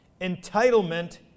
Entitlement